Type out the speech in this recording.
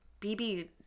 BB